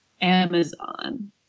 Amazon